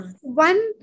one